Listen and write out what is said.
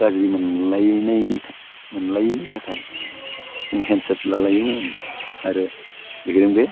गाज्रि मोनलायनायनि मोनलायिनि थाखाय हेण्डसेक लालायोमोन आरो आरो बेजों बे